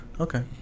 Okay